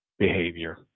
Behavior